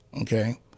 Okay